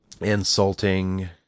insulting